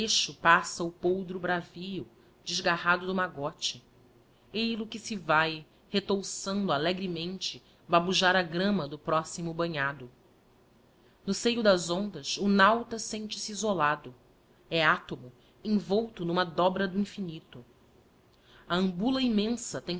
google passa o poldro bravio desgarrado do magote eil-a que se vae retouçando alegremente babujar a grama do próximo banhado no seio das ondas o nauta sente-se isolado átomo envolto n'uma dobra do infinito a ambula immensa